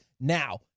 now